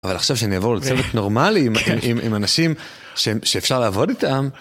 אבל עכשיו שאני אעבור לצוות נורמלי עם אנשים שאפשר לעבוד איתם.